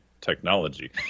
technology